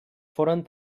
foren